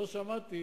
לא שמעתי